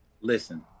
Listen